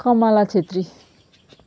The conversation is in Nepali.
कमला छेत्री